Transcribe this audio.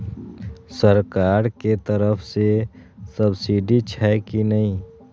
सरकार के तरफ से सब्सीडी छै कि नहिं?